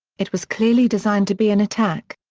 it was clearly designed to be an attack.